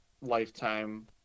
lifetime